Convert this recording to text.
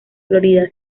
florida